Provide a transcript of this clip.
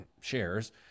shares